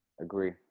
agree